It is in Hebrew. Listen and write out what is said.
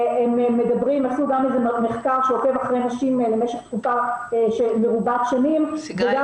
נעשה מחקר שעוקב אחרי נשים למשך תקופה מרובת שנים וגם